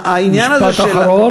בעניין הזה, משפט אחרון.